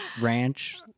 Ranch